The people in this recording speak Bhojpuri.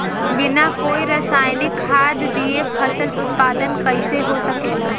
बिना कोई रसायनिक खाद दिए फसल उत्पादन कइसे हो सकेला?